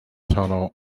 tunnel